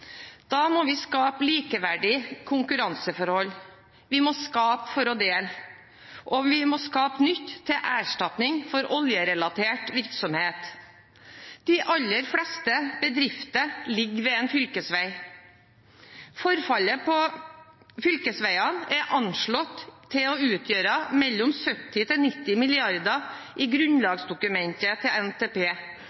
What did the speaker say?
Da må vi skape likeverdige konkurranseforhold. Vi må skape for å dele, og vi må skape nytt til erstatning for oljerelatert virksomhet. De aller fleste bedrifter ligger ved en fylkesvei. Forfallet på fylkesveiene er anslått til å utgjøre mellom 70 mrd. kr og 90 mrd. kr i grunnlagsdokumentet til NTP. Dette er alvorlig. I